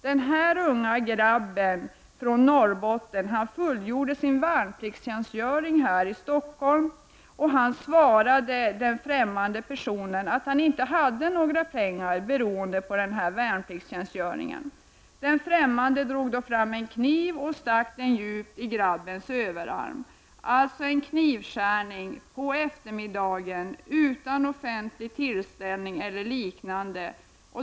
Denna unga grabb från Norrbotten, som fullgjorde sin värnpliktstjänstgöring här i Stockholm, svarade den främmande personen att han inte hade några pengar beroende på denna värnpliktstjänstgöring. Den främmande mannen drog då fram en kniv och stack den djupt i grabbens överarm -— alltså en knivskärning på eftermiddagen, utan att det var fråga om offentlig tillställning eller liknande.